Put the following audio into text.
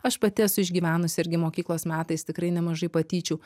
aš pati esu išgyvenus irgi mokyklos metais tikrai nemažai patyčių